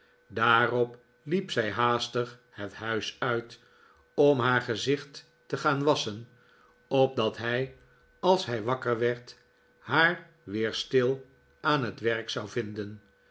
daarop liep zij haastig het huis uit om haar gezicht te gaan wasschen opdat hij als hij wakker werd haar weer s'til aan haar werk zou vinden